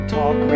Talk